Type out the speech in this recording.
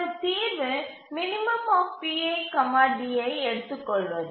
ஒரு தீர்வு எடுத்துக்கொள்வது